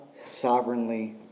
sovereignly